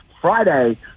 Friday